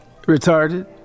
retarded